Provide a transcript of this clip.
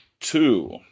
two